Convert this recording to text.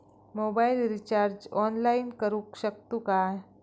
Mobile recharge online करुक शकतू काय?